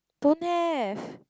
don't have